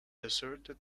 asserted